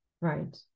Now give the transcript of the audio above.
Right